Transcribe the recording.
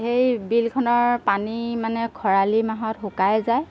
সেই বিলখনৰ পানী মানে খৰালি মাহত শুকাই যায়